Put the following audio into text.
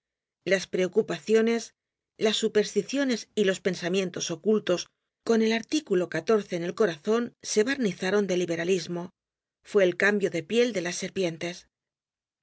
las preocupaciones las supersticiones y los pensamientos ocultos con el artículo en el corazon se barnizaron de liberalismo fue el cambio de piel de las serpientes